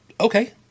okay